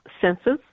census